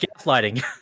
gaslighting